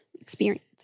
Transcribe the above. experience